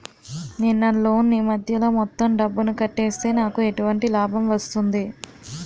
నేను నా లోన్ నీ మధ్యలో మొత్తం డబ్బును కట్టేస్తే నాకు ఎటువంటి లాభం వస్తుంది?